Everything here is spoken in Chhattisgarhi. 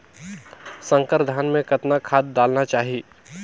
संकर धान मे कतना खाद डालना चाही?